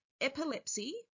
Epilepsy